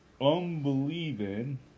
unbelieving